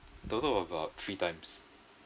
total about three times